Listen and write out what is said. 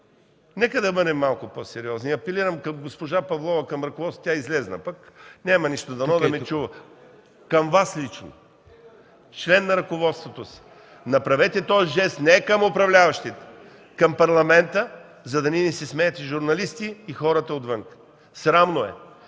Нека да бъдем малко по-сериозни. Апелирам към госпожа Павлова, към ръководството – тя пък излезе, няма нищо, дано да ме чува. Към Вас лично – член на ръководството: направете този жест не към управляващите, към Парламента, за да не ни се смеят и журналисти, и хората отвън. Срамно е!